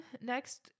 next